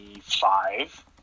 five